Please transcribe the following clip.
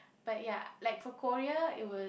but ya like for Korea it would